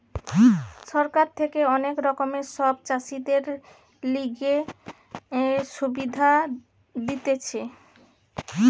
সরকার থাকে অনেক রকমের সব চাষীদের লিগে সুবিধা দিতেছে